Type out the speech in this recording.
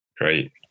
Great